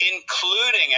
including